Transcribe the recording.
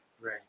Right